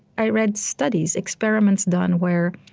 i read studies, experiments done, where